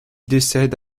décède